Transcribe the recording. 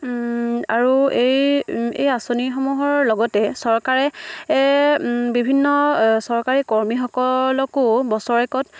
আৰু এই এই আঁচনিসমূহৰ লগতে চৰকাৰে বিভিন্ন চৰকাৰী কৰ্মীসকলকো বছৰেকত